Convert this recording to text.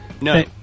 No